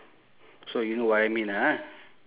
so you know what I mean ah